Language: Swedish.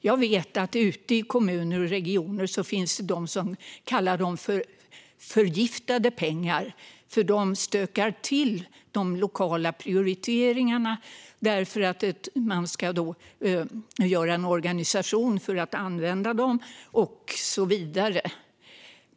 Jag vet att det ute i kommuner och regioner finns de som kallar dem för förgiftade pengar - de stökar till de lokala prioriteringarna, man ska skapa en organisation för att använda dem och så vidare.